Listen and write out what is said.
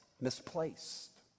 Misplaced